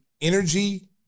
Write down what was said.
energy